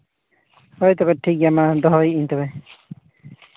ᱦᱳᱭ ᱛᱚᱵᱮ ᱴᱷᱤᱠ ᱜᱮᱭᱟ ᱢᱟ ᱫᱚᱦᱚᱭᱮᱜ ᱟᱹᱧ ᱛᱚᱵᱮ